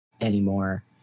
anymore